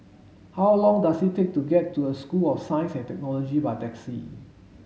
how long does it take to get to a School of Science and Technology by taxi